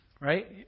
right